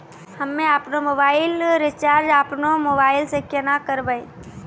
हम्मे आपनौ mobile recharge आपनौ मोबाइल से केना करवै?